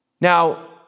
Now